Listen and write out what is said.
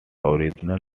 original